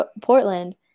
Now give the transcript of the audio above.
Portland